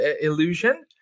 illusion